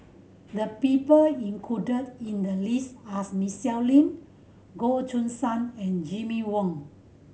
the people included in the list are Lim Goh Choo San and Jimmy Ong